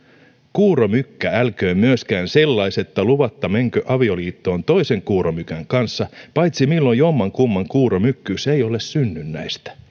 kuuromykkä älköön myöskään sellaisetta luvatta menkö avioliittoon toisen kuuromykän kanssa paitsi milloin jommankumman kuuromykkyys ei ole synnynnäistä